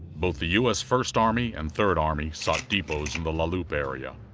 both the u s. first army and third army sought depots in the la loupe area.